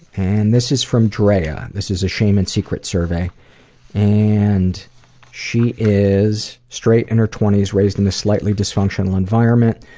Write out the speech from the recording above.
and this is from drea. this is a shame and secrets survey and she is straight, in her twenty s raised in a slightly dysfunctional environment.